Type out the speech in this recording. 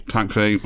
Taxi